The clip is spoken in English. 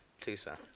Tucson